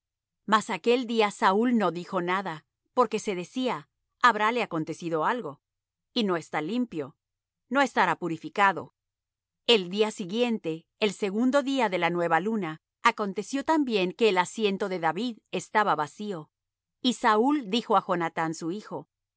mas aquel día saúl no dijo nada porque se decía habrále acontecido algo y no está limpio no estará purificado el día siguiente el segundo día de la nueva luna aconteció también que el asiento de david estaba vacío y saúl dijo á jonathán su hijo